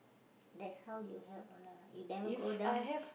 that's how you help a lot lah you never go down